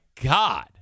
God